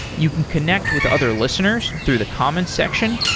you can connect with other listeners through the comment section.